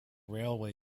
railway